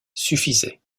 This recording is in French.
suffisait